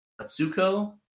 Atsuko